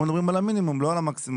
אנחנו מדברים על המינימום, לא על המקסימום.